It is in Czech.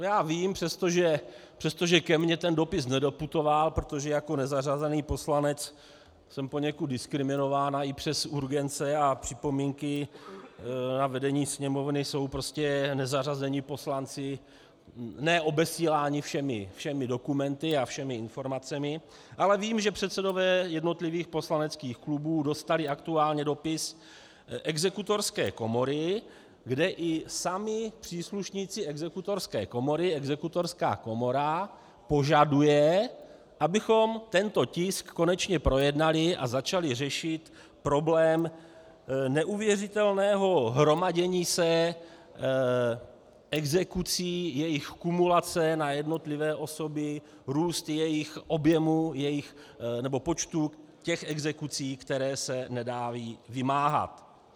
Já vím, přestože ke mně ten dopis nedoputoval, protože jako nezařazený poslanec jsem poněkud diskriminován a i přes urgence a připomínky na vedení Sněmovny jsou prostě nezařazení poslanci ne obesíláni všemi dokumenty a všemi informacemi, ale vím, že předsedové jednotlivých poslaneckých klubů dostali aktuálně dopis exekutorské komory, kde i sami příslušníci Exekutorské komory Exekutorská komora požaduje, abychom tento tisk konečně projednali a začali řešit problém neuvěřitelného hromadění se exekucí, jejich kumulace na jednotlivé osoby, růst jejich objemu, nebo počtu těch exekucí, které se nedají vymáhat.